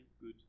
good